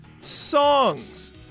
songs